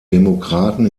demokraten